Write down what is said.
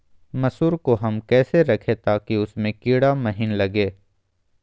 मसूर को हम कैसे रखे ताकि उसमे कीड़ा महिना लगे?